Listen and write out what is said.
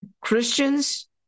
Christians